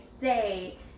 say